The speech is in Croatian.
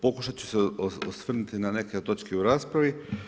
Pokušat ću se osvrnuti na neke od točki u raspravi.